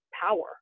power